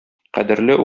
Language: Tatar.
кадерле